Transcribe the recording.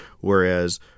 Whereas